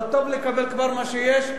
אבל טוב לקבל כבר מה שיש,